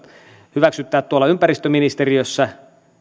hyväksyttää tuolla ympäristöministeriössä